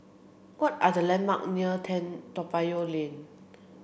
what are the landmark near Toa Payoh Lane